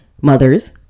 mothers